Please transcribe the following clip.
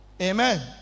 Amen